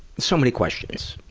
so many questions.